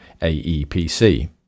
AEPC